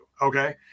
okay